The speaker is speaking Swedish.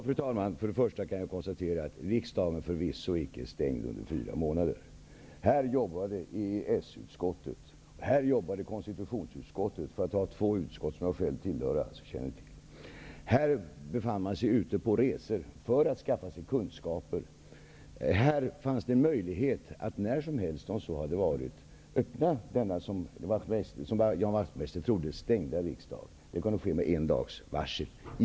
Fru talman! Jag kan konstatera att riksdagen förvisso icke är stängd under fyra månader. Här jobbade EES-utskottet och konstitutionsutskottet, för att ta två utskott som jag själv tillhör och alltså känner till. Man befann sig ute på resor för att skaffa sig kunskaper. Det fanns möjligheter att när som helst, om så hade behövts, öppna denna, som Ian Wachtmeister trodde, stängda riksdag. Det kunde ske med en dags varsel.